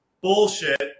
Bullshit